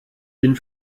bin